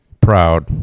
proud